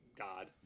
god